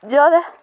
ज्यादा